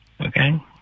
Okay